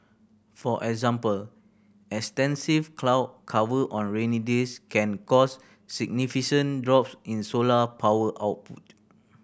for example extensive cloud cover on rainy days can cause significant drops in solar power output